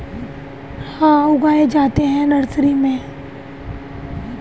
nursery, वह स्थान जहाँ पौधे रोपने के लिए उगाए जाते हैं